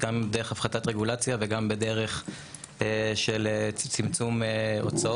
גם לא דרך הפחתת רגולציה וגם לא בדרך של צמצום הוצאות,